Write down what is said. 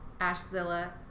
Ashzilla